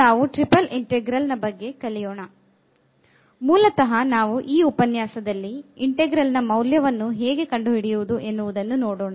ನಾವು ಇಂದು triple integral ಬಗ್ಗೆ ಕಲಿಯೋಣ